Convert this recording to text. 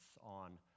on